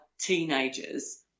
teenagers